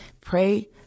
pray